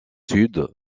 sud